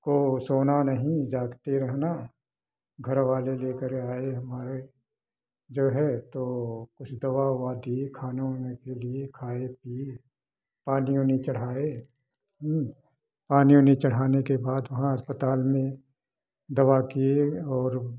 को सोना नहीं जागते रहना घर वाले लेकर आए हमारे जो है तो कुछ दवा ववा दिए खाने उने के लिए खाए पिये पानी वानी चढ़ाए पानी वानी चढ़ने के बाद वहाँ अस्पताल में दवा किए और